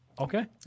Okay